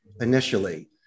initially